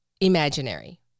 imaginary